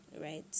right